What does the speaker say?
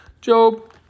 Job